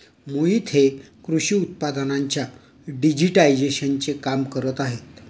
मोहित हे कृषी उत्पादनांच्या डिजिटायझेशनचे काम करत आहेत